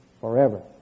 forever